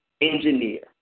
engineer